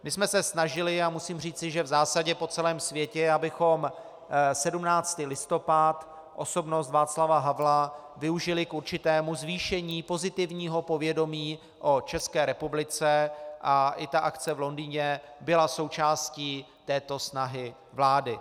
My jsme se snažili, a musím říci, že v zásadě po celém světě, abychom 17. listopad, osobnost Václava Havla využili k určitému zvýšení pozitivního povědomí o České republice, a i ta akce v Londýně byla součástí této snahy vlády.